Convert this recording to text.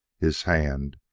his hand,